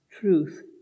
truth